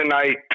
tonight